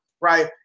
right